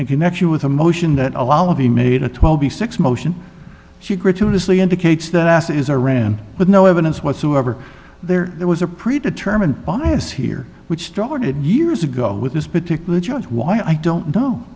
and connection with a motion that a law would be made a twelve b six motion she gratuitously indicates that ass is iran but no evidence whatsoever there there was a pre determined bias here which started years ago with this particular judge why i don't know